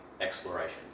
exploration